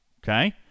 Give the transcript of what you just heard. Okay